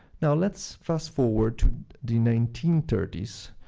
now, let's fast-forward to the nineteen thirty s,